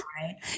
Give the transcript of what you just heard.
right